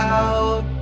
out